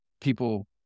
people